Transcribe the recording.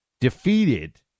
defeated